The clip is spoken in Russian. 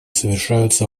совершаются